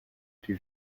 die